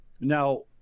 now